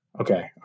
Okay